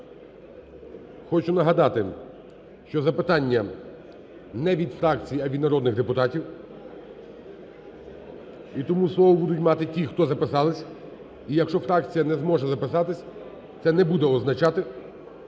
Хочу нагадати, що запитання не від фракцій, а від народних депутатів, і тому слово будуть мати ті, хто записались. І якщо фракція не зможе записатись, це не буде означати,